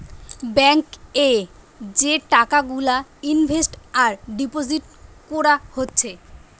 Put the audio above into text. bank এ যে টাকা গুলা ইনভেস্ট আর ডিপোজিট কোরা হচ্ছে